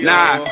Nah